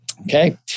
Okay